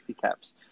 caps